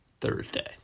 Thursday